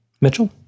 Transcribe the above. Mitchell